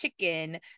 chicken